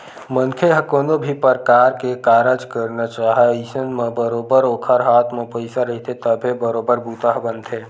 मनखे ह कोनो भी परकार के कारज करना चाहय अइसन म बरोबर ओखर हाथ म पइसा रहिथे तभे बरोबर बूता ह बनथे